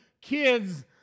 kids